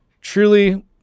truly